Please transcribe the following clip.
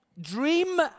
Dream